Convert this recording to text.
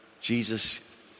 Jesus